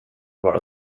vara